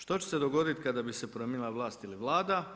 Što će se dogoditi kada bi se promijenila vlast ili vlada?